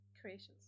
creations